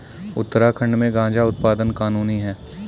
उत्तराखंड में गांजा उत्पादन कानूनी है